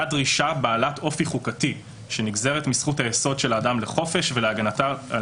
דרישה בעלת אופי חוקתי שנגזרת מזכות היסוד של האדם לחופש ולהגנה על